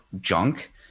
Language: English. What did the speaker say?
junk